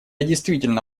действительно